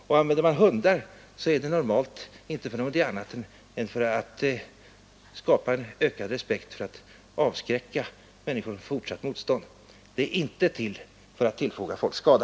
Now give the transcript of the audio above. Om hundar används är det normalt inte för någonting annat än för att skapa en ökad respekt och avskräcka människor från fortsatt motstånd. Det är inte för att tillfoga folk skada.